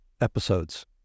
episodes